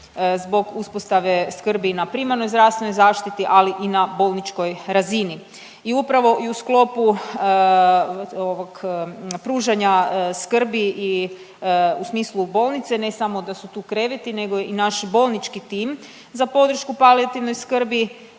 zbog uspostave skrbi i na primarnoj zdravstvenoj zaštiti, ali i na bolničkoj razini. I upravo i u sklopu ovog pružanja skrbi i u smislu bolnice, ne samo da su tu kreveti nego i naš bolnički tim za podršku palijativnoj skrbi